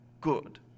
Good